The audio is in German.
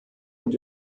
und